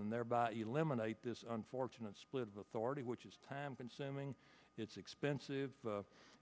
and thereby eliminate this unfortunate split of authority which is time consuming it's expensive